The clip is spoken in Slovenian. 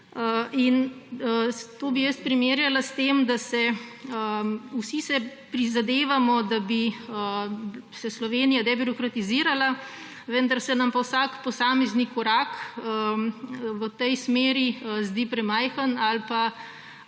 To bi primerjala s tem, da vsi si prizadevamo, da bi se Slovenija debirokratizirala, vendar se nam pa vsak posamezni korak v tej smeri zdi premajhen ali pa